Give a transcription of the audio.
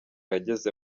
yageze